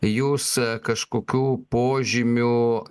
jūs kažkokių požymių